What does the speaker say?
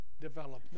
developed